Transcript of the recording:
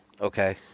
Okay